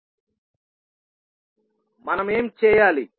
కాబట్టి మనం ఏమి చేయాలి